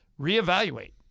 reevaluate